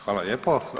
Hvala lijepo.